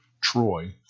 Troy